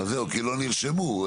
זהו, כי לא נרשמו.